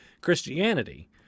Christianity